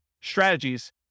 strategies